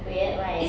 weird why